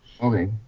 Okay